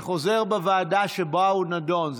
זה חוזר לוועדה שבה היא נדונה,